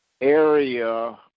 area